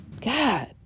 God